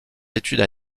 études